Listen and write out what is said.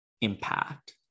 impact